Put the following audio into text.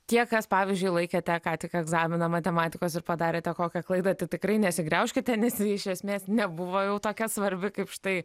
tie kas pavyzdžiui laikėte ką tik egzaminą matematikos ir padarėte kokią klaidą tikrai nesigraužkite nes ji iš esmės nebuvo jau tokia svarbi kaip štai